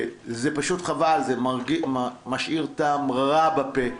זה פשוט חבל, זה משאיר טעם רע בפה.